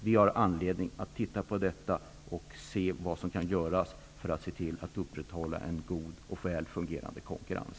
Vi har anledning att undersöka vad som kan göras för att upprätthålla en god och väl fungerande konkurrens.